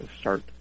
start